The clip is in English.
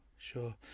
sure